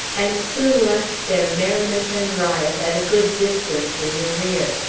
and soon left their merriment and riot at a good distance in the rear.